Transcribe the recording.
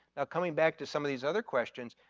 now, coming back to some of these other questions,